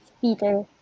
peter